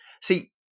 See